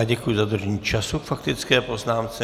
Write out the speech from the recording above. Děkuji za dodržení času k faktické poznámce.